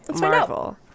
marvel